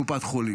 קופת חולים.